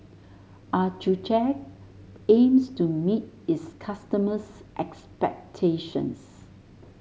Accucheck aims to meet its customers' expectations